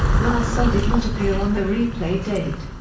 la salle did not appear on the replay date.